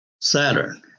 Saturn